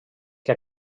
que